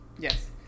Yes